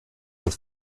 das